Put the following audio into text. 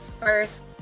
first